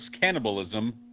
cannibalism